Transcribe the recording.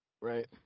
Right